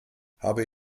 habe